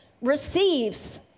receives